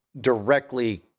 directly